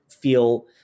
feel